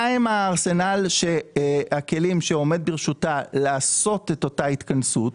מהם ארנסל הכלים שעומד ברשותה כדי לעשות את ההתכנסות,